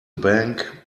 bank